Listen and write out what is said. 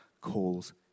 calls